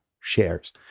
shares